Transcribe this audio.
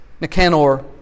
Nicanor